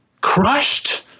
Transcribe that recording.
crushed